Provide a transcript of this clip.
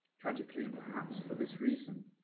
tragically and perhaps for this reason,